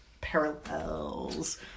parallels